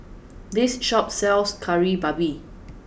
this shop sells Kari Babi